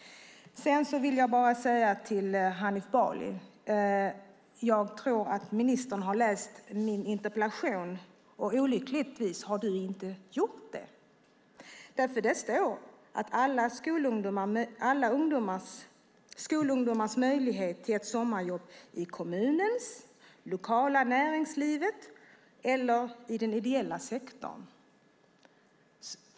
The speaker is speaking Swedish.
Sedan vill jag bara säga till Hanif Bali att jag tror att ministern har läst min interpellation och att du olyckligtvis inte har gjort det, därför att där står att alla skolungdomar ska ha möjlighet till ett sommarjobb i kommunen, det lokala näringslivet eller i den ideella sektorn.